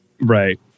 Right